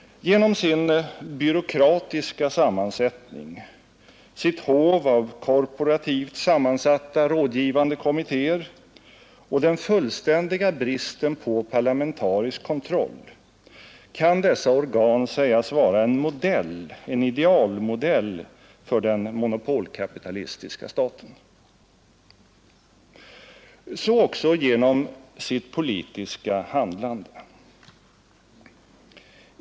Genom sin byråkratiska sammansättning, sitt hov av korporativt sammansatta rådgivande kommittger och den fullständiga bristen på parlamentarisk kontroll kan dessa organ sägas vara en idealmodell för den monopolkapitalistiska staten. Så också genom sitt politiska handlande.